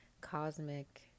cosmic